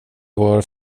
vår